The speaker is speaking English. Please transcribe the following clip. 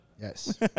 Yes